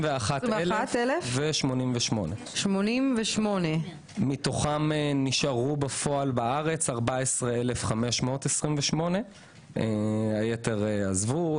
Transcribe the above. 21,088, מתוכם נשארו בפועל 14,528 והיתר עזבו.